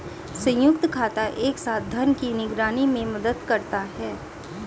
संयुक्त खाता एक साथ धन की निगरानी में मदद करता है